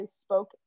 spoke